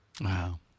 Wow